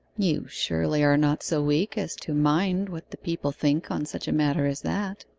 you surely are not so weak as to mind what the people think on such a matter as that